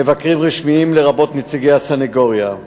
מבקרים רשמיים, לרבות נציגי הסנגוריה,